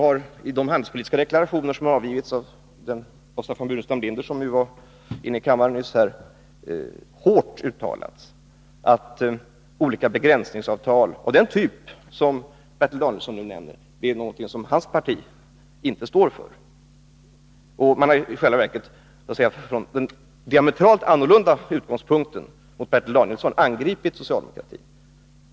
I de handelspolitiska deklarationer som har avgivits av Staffan Burenstam Linder har han kraftigt uttalat att olika begränsningsavtal av den typ som Bertil Danielsson nu nämner inte är någonting som hans parti står för. Man har alltså från en i förhållande till Bertil Danielssons uppfattning diametralt motsatt utgångspunkt angripit socialdemokratin.